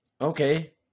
okay